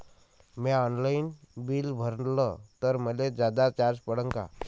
म्या online bill भरलं तर मले जादा चार्ज पडन का?